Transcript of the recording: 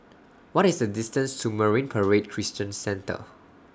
What IS The distance to Marine Parade Christian Centre